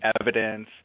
evidence